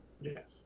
Yes